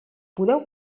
podeu